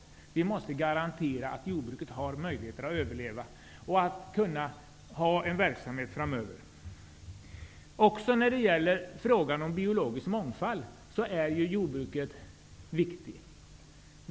Vi måste garantera jordbrukets möjligheter att överleva framöver. Också för frågan om biologisk mångfald är jordbruket viktigt.